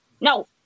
No